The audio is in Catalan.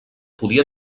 podia